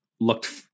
looked